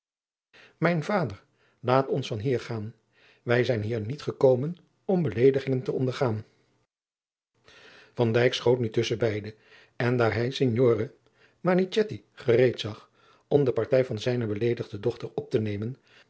mijn vader laat ons van hier gaan wij zijn hier niet gekomen om beleedigingen te ondergaan van dijk schoot nu tusschen beide en daar hij signore manichetti gereed zag om de partij van zijne beleedigde dochter op te nemen